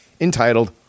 entitled